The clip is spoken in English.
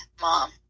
mom